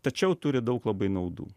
tačiau turi daug labai naudų